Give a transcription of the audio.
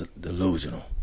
delusional